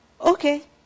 Okay